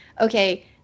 okay